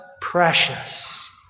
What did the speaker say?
precious